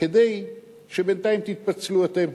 כדי שבינתיים תתפצלו אתם.